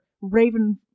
raven